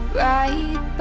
right